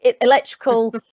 electrical